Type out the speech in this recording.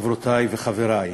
חברותי וחברי,